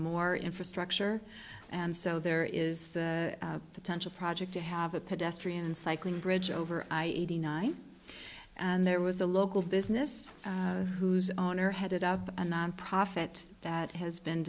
more infrastructure and so there is a potential project to have a pedestrian cycling bridge over i eighty nine and there was a local business whose honor headed up a nonprofit that has been